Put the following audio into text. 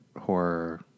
horror